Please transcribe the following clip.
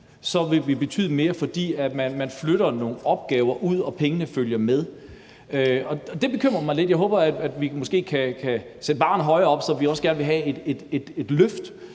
ville betyde mere, at man flytter nogle opgaver ud, for pengene følger med. Det bekymrer mig lidt. Jeg håber, at vi måske kan sætte barren højere op, så vi også gerne kan få et løft